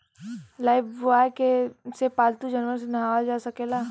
Lifebuoy से पाल्तू जानवर के नेहावल जा सकेला